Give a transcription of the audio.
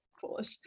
foolish